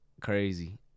crazy